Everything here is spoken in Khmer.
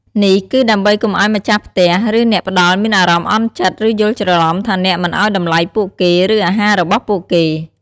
នេះគឺដើម្បីកុំឲ្យម្ចាស់ផ្ទះ ឬអ្នកផ្ដល់មានអារម្មណ៍អន់ចិត្ត ឬយល់ច្រឡំថាអ្នកមិនឲ្យតម្លៃពួកគេ ឬអាហាររបស់ពួកគេ។